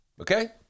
okay